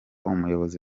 umuyobozi